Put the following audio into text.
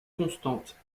constante